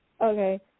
Okay